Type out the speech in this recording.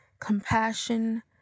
compassion